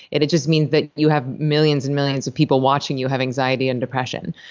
it it just means that you have millions and millions of people watching you have anxiety and depression.